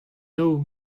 nav